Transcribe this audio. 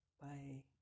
Bye